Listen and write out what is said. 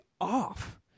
off